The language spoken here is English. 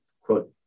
quote